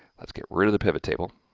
let's get rid of the pivot table,